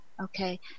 okay